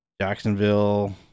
Jacksonville